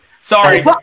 Sorry